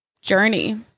journey